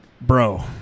bro